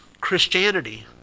Christianity